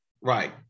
Right